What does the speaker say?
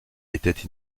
étaient